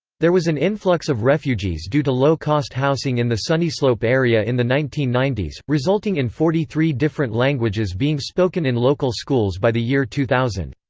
there was an influx of refugees due to low-cost housing in the sunnyslope area in the nineteen ninety s, resulting in forty three different languages being spoken in local schools by the year two thousand.